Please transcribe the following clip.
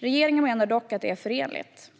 Regeringen menar dock att det är förenligt.